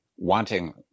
wanting